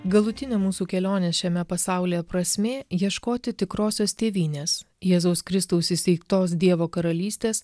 galutinė mūsų kelionės šiame pasaulyje prasmė ieškoti tikrosios tėvynės jėzaus kristaus įsteigtos dievo karalystės